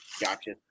Gotcha